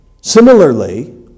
similarly